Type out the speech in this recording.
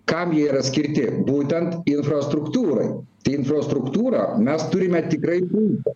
kam jie yra skirti būtent infrastruktūrai infrastruktūrą mes turime tikrai puikią